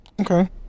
okay